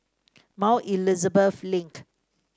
Mount Elizabeth Link